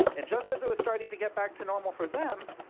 and just as it was starting to get back to normal for them,